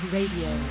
Radio